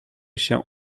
się